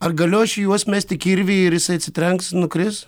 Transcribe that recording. ar galiu aš į juos mesti kirvį ir jisai atsitrenks nukris